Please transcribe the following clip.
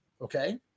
okay